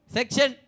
Section